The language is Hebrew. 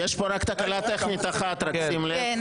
יש פה רק תקלה טכנית אחת, שים לב.